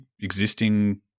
existing